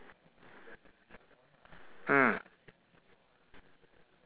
mm